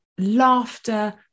laughter